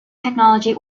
technology